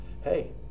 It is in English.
hey